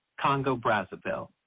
Congo-Brazzaville